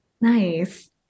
Nice